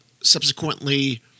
subsequently